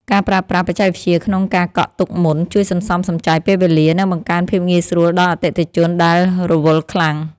ការប្រើប្រាស់បច្ចេកវិទ្យាក្នុងការកក់ទុកមុនជួយសន្សំសំចៃពេលវេលា និងបង្កើនភាពងាយស្រួលដល់អតិថិជនដែលរវល់ខ្លាំង។